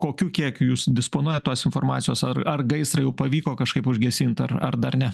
kokiu kiekiu jūs disponuojat tos informacijos ar ar gaisrą jau pavyko kažkaip užgesint ar ar dar ne